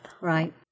Right